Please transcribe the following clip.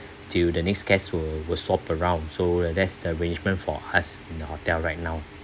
till the next guest were were swap around so that's the arrangement for us in the hotel right now